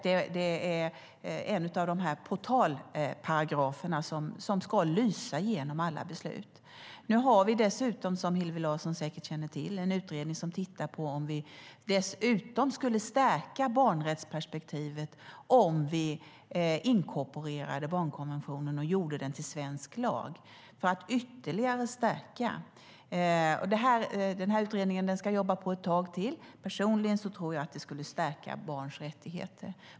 Det är en av portalparagraferna och ska lysa igenom alla beslut. Nu har vi dessutom, som Hillevi Larsson säkert känner till, en utredning som tittar på ifall vi skulle stärka barnrättsperspektivet om vi inkorporerade barnkonventionen och gjorde den till svensk lag för att på så sätt ytterligare stärka barnets rättigheter. Utredningen ska jobba ett tag till. Personligen tror jag att det skulle stärka barnets rättigheter.